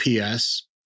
PS